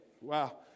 Wow